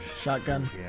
Shotgun